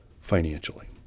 financially